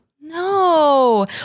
No